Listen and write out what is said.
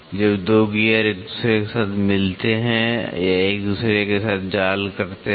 जब 2 गीयर एक दूसरे के साथ मिलते हैं या एक दूसरे के साथ जाल करते हैं